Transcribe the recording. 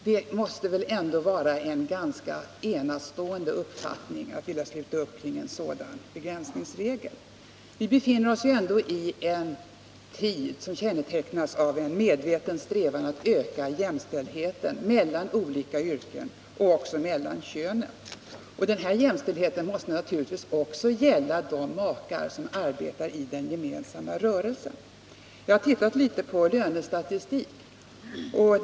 Att vilja sluta upp kring en sådan begränsningsregel måste väl vara uttryck för bevis på en ganska enastående uppfattning, eftersom vi befinner oss i en tid som kännetecknas av en medveten strävan att öka jämställdheten både mellan olika yrkesgrupper och mellan könen. Jämställdheten måste då naturligtvis också gälla de makar som arbetar i den gemensamma rörelsen. Jag har sett på litet lönestatistik.